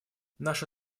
наша